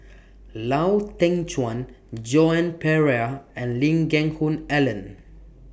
Lau Teng Chuan Joan Pereira and Lee Geck Hoon Ellen